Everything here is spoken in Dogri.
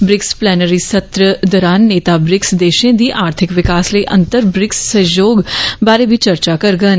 ब्रिक्स प्लैनरी सत्र दौरान नेता ब्रिक्स देशों दी आर्थिक विकास लेई अंतर ब्रिक्स सहयोग बारे बी चर्चा करंडन